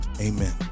Amen